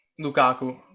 Lukaku